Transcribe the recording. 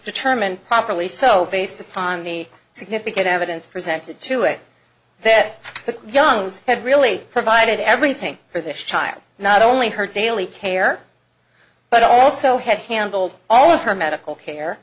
determined properly so based upon the significant evidence presented to it that the young had really provided everything for this child not only her daily care but also had handled all of her medical care